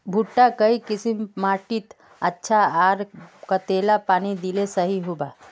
भुट्टा काई किसम माटित अच्छा, आर कतेला पानी दिले सही होवा?